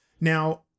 Now